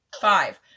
Five